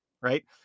right